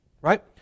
Right